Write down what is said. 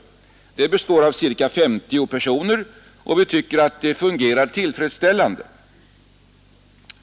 Det består av ca 50 personer och vi tycker att det fungerar tillfredsställande.